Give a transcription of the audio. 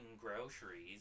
groceries